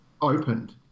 opened